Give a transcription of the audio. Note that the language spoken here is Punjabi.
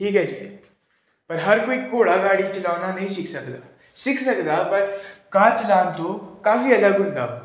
ਠੀਕ ਹੈ ਜੀ ਪਰ ਹਰ ਕੋਈ ਘੋੜਾ ਗਾਡੀ ਚਲਾਉਣਾ ਨਹੀਂ ਸਿੱਖ ਸਕਦਾ ਸਿੱਖ ਸਕਦਾ ਪਰ ਕਾਰ ਚਲਾਉਣ ਤੋਂ ਕਾਫੀ ਅਲੱਗ ਹੁੰਦਾ ਵਾ